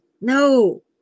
no